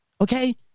Okay